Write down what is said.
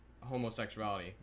homosexuality